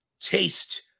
taste